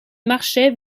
marchait